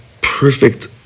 perfect